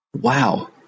Wow